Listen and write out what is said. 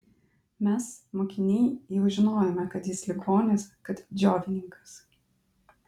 mes mokiniai jau žinojome kad jis ligonis kad džiovininkas